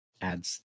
adds